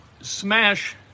Smash